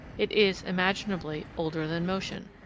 it is, imaginably, older than motion.